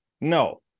No